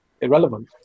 irrelevant